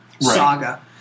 saga